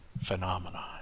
Phenomenon